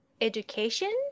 education